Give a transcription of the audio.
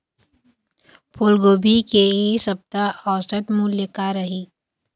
फूलगोभी के इ सप्ता औसत मूल्य का रही?